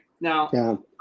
Now